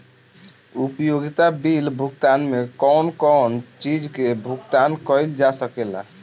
उपयोगिता बिल भुगतान में कौन कौन चीज के भुगतान कइल जा सके ला?